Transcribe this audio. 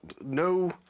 no